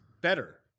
better